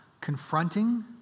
confronting